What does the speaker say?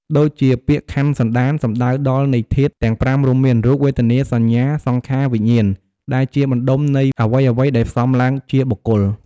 ដូចជា ពាក្យខន្ធសន្តាន សំដៅដល់នៃធាតុទាំង៥ រួមមាន រូប វេទនា សញ្ញា សង្ខារ វិញ្ញាណ ដែលជាបណ្តុំនៃអ្វីៗដែលផ្សំឡើងជាបុគ្គល។